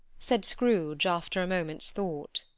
said scrooge, after a moment's thought,